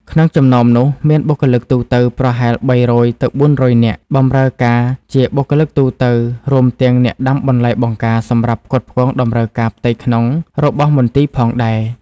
ក្នុងចំណោមនោះមាន បុគ្គលិកទូទៅ ប្រហែល ៣០០ ទៅ៤០០ នាក់ បម្រើការជាបុគ្គលិកទូទៅ រួមទាំងអ្នកដាំបន្លែបង្ការសម្រាប់ផ្គត់ផ្គង់តម្រូវការផ្ទៃក្នុងរបស់មន្ទីរផងដែរ។